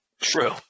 True